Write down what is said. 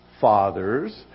fathers